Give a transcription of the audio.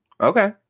okay